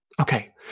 Okay